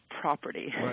property